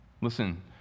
Listen